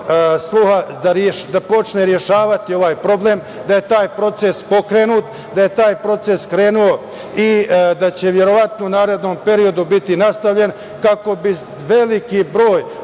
sluha da počne rešavati ovaj problem, da je taj proces pokrenut, da je taj proces krenuo i da će verovatno u narednom periodu biti nastavljen kako bi veliki broj